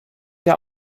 der